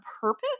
purpose